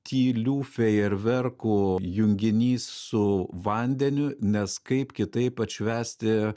tylių fejerverkų junginys su vandeniu nes kaip kitaip atšvęsti